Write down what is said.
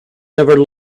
never